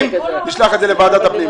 נשלח את זה לוועדת הפנים.